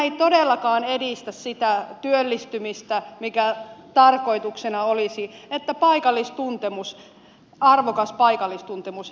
ei todellakaan edistä työllistymistä kuten tarkoituksena olisi tämä että hävitetään paikallistuntemus arvokas paikallistuntemus